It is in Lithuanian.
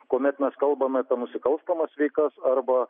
kuomet mes kalbame apie nusikalstamas veikas arba